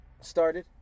started